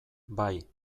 bai